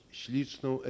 śliczną